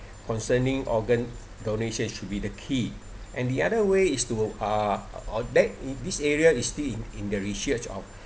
concerning organ donation should be the key and the other way is to uh or that this area is still in in the research of